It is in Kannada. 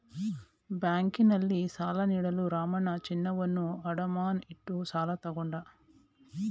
ಬ್ಯಾಂಕ್ನಲ್ಲಿ ಸಾಲ ನೀಡಲು ರಾಮಣ್ಣ ಚಿನ್ನವನ್ನು ಅಡಮಾನ ಇಟ್ಟು ಸಾಲ ತಗೊಂಡ